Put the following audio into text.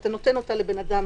כשאתה נותן אותה לאדם,